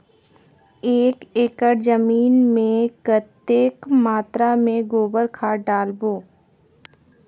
एक एकड़ जमीन मे कतेक मात्रा मे गोबर खाद डालबो?